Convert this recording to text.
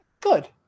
Good